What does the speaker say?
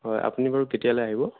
হয় আপুনি বাৰু কেতিয়ালৈ আহিব